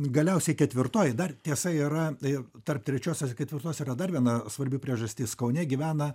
galiausiai ketvirtoji dar tiesa yra ir tarp trečios ir ketvirtos yra dar viena svarbi priežastis kaune gyvena